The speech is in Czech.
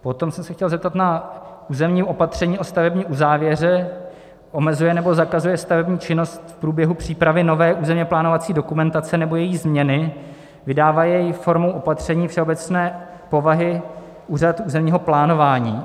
Potom jsem se chtěl zeptat: Územní opatření o stavební uzávěře omezuje nebo zakazuje stavební činnost v průběhu přípravy nové územně plánovací dokumentace nebo její změny, vydává jej formou opatření všeobecné povahy úřad územního plánování.